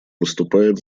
выступает